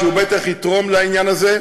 שבטח יתרום לעניין הזה,